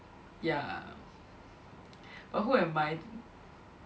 ya but who am I